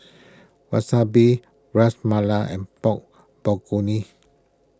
Wasabi Ras Malai and Pork Bulgogi